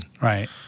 Right